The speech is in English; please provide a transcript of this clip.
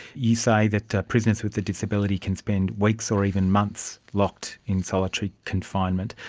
you say that prisoners with a disability can spend weeks or even months locked in solitary confinement.